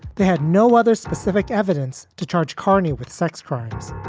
they had no other specific evidence to charge carney with sex crimes.